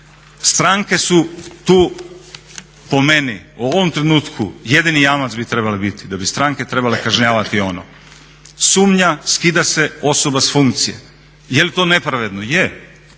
stranke su tu po meni u ovom trenutku jedini jamac bi trebale biti da bi stranke trebale kažnjavati ono, sumnja, skida se osoba s funkcije. Je li to nepravedno, je,